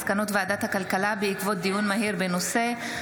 מסקנות ועדת הכלכלה בעקבות דיון מהיר בהצעתם